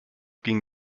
ging